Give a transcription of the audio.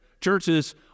churches